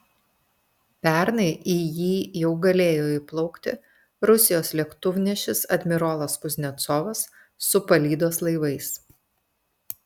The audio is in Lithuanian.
pernai į jį jau galėjo įplaukti rusijos lėktuvnešis admirolas kuznecovas su palydos laivais